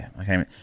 Okay